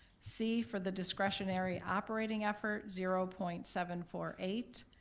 c, for the discretionary operating effort, zero point seven four eight.